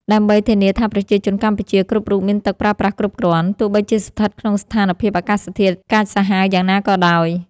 ដើម្បីធានាថាប្រជាជនកម្ពុជាគ្រប់រូបមានទឹកប្រើប្រាស់គ្រប់គ្រាន់ ទោះបីជាស្ថិតក្នុងស្ថានភាពអាកាសធាតុកាចសាហាវយ៉ាងណាក៏ដោយ។